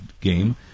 game